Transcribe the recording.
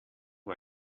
war